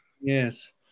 Yes